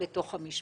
בתוך המשפחה.